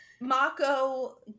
Mako